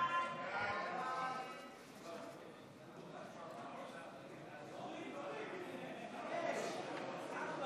ההצעה להעביר את הצעת חוק התכנון והבנייה (תיקון,